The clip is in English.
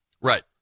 Right